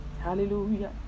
Hallelujah